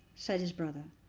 said his brother.